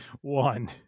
one